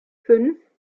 fünf